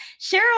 cheryl